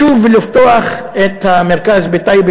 לשוב ולפתוח את המרכז בטייבה